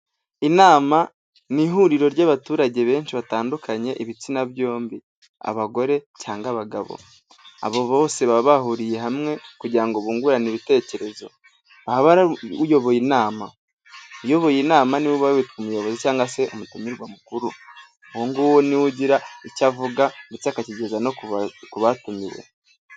Inama ni ihuriro ry'abaturage benshi batandukanye ibitsina byombi abagore cyangwa abagabo, abo bose baba bahuriye hamwe kugira ngo bungurane ibitekerezo, haba hari uyoboye inama, uyoboye inama niwe uba witwa umuyobozi cyangwa se umutumirwa mukuru, uwo ni we ugira icyo avuga ndetse akakigeza no ku batumiwe.